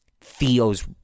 Theo's